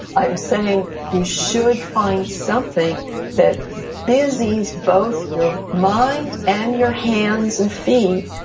i'm saying you should find something that busies both your mind, and your hands, and feet,